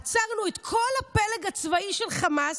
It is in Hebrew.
עצרנו את כל הפלג הצבאי של חמאס,